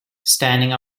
standing